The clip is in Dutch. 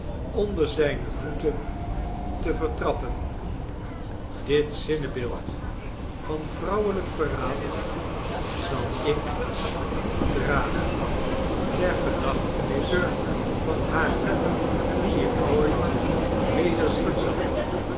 onder zijne voeten te vertrappen dit zinnebeeld van vrouwelijk verraad zalik dragen ter gedachtenis van haar wie ik nooit weder zien zal